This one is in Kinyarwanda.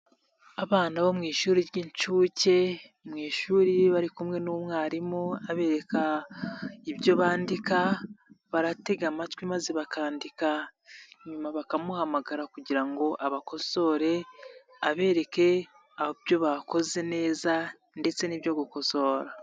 Abana bo mu ishuri ry'incuke, mu ishuri bari kumwe n'umwarimu abereka ibyo bandika, baratega amatwi maze bakandika nyuma bakamuhamagara kugira ngo abakosore abereke ibyo bakoze neza ndetse n'ibyo gukosora.